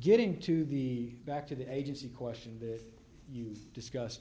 getting to the back to the agency question that you've discussed